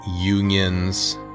unions